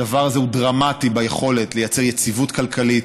הדבר הזה הוא דרמטי ביכולת לייצר יציבות כלכלית,